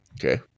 Okay